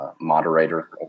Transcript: moderator